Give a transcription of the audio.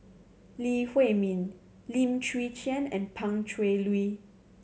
Lee Huei Min Lim Chwee Chian and Pan Cheng Lui